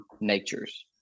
natures